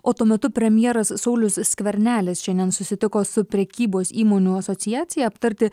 o tuo metu premjeras saulius skvernelis šiandien susitiko su prekybos įmonių asociacija aptarti